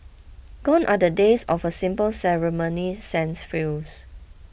gone are the days of a simple ceremony sans frills